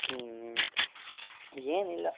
ಹ್ಞೂ ಏನಿಲ್ಲ